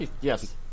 Yes